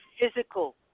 physical